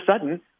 sudden